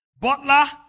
Butler